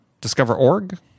Discover.org